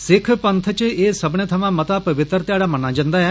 सिक्ख पंथ च एह सब्बने थमां मता पवित्र ध्याड़ा मन्नेआ जंदा ऐ